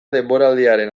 denboraldiaren